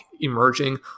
emerging